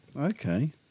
Okay